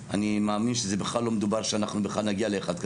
אני מאמין שלא מדובר שאנחנו בכלל נגיע לאחד כזה.